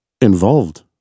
involved